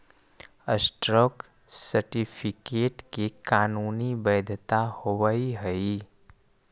stock certificate के कानूनी वैधता होवऽ हइ